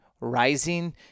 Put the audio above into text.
rising